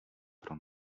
pro